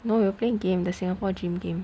no we were playing game the singapore dream game